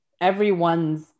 everyone's